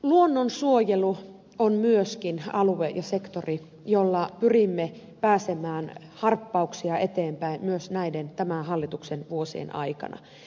luonnonsuojelu on myöskin alue ja sektori jolla pyrimme pääsemään harppauksia eteenpäin myös tämän hallituksen vuosien aikana